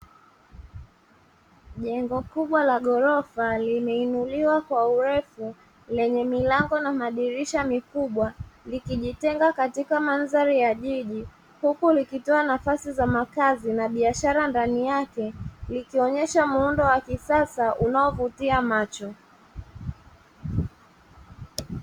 Jengo kubwa la ghorofa lililo inuliwa kwa urefu lenye milango na madirisha makubwa, likijitenga katika mandhari ya jiji huku likitoa nafasi za makazi na biashara ndani yake, likionesha muundo wa kisasa unao vutia macho.